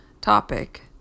topic